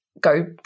go